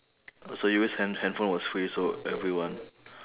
uh so you wish hand~ handphone was free so everyone